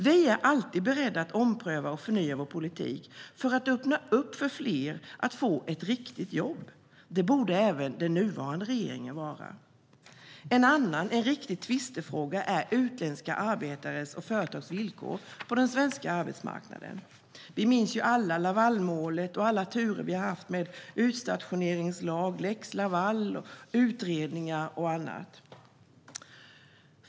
Vi är alltid beredda att ompröva och förnya vår politik för att öppna för fler att få ett riktigt jobb. Det borde även den nuvarande regeringen vara. En annan riktig tvistefråga är utländska arbetares och företags villkor på den svenska arbetsmarknaden. Vi minns ju alla Lavalmålet och alla turer vi haft med utstationeringslag, lex Laval, utredningar och annat.